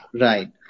Right